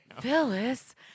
Phyllis